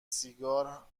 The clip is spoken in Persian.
سیگار